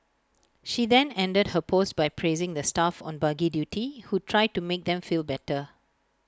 she then ended her post by praising the staff on buggy duty who tried to make them feel better